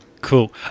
cool